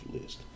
list